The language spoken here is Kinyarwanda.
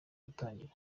gutangira